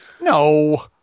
No